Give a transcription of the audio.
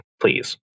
please